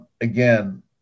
Again